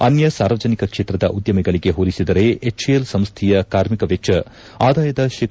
ಅನ್ನ ಸಾರ್ವಜನಿಕ ಕ್ಷೇತ್ರದ ಉದ್ದಮಿಗಳಿಗೆ ಹೋಲಿಸಿದರೆ ಹೆಚ್ಎಎಲ್ ಸಂಸ್ಥೆಯ ಕಾರ್ಮಿಕ ವೆಚ್ಚ ಆದಾಯದ ಶೇ